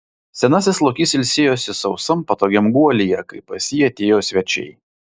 senasis lokys ilsėjosi sausam patogiam guolyje kai pas jį atėjo svečiai